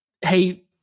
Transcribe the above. Hey